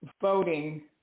voting